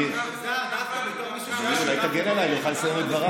אדוני, אולי תגן עליי, שאני אוכל לסיים את דבריי.